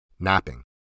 Napping